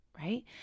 right